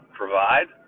provide